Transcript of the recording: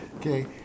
Okay